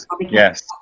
yes